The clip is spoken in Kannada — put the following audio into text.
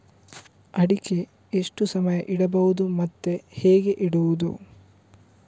ಅಡಿಕೆ ಎಷ್ಟು ಸಮಯ ಇಡಬಹುದು ಮತ್ತೆ ಹೇಗೆ ಇಡುವುದು?